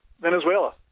Venezuela